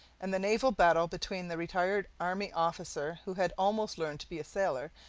and the naval battle between the retired army officer who had almost learned to be a sailor,